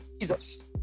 Jesus